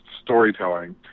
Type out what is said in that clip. storytelling